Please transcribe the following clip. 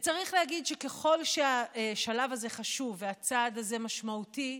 וצריך להגיד שככל שהשלב הזה חשוב והצעד הזה משמעותי,